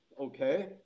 Okay